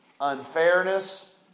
unfairness